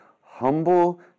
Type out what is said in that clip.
humble